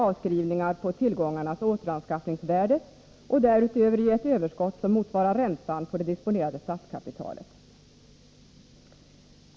avskrivningar på tillgångarnas återanskaffningsvärde och därutöver ge ett överskott, som motsvarar räntan på det disponerade statskapitalet.